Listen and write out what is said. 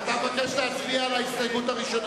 אתה מבקש להצביע על ההסתייגות הראשונה.